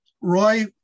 Roy